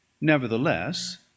Nevertheless